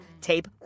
tape